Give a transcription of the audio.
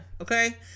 okay